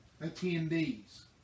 attendees